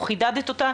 או חידדת אותה,